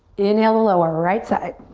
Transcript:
inhale to lower, right side.